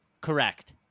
Correct